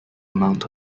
amount